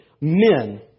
men